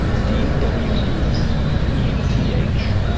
d w u e t h,